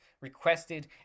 requested